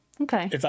Okay